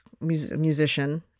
musician